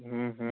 હં હં